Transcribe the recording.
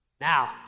Now